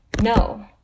No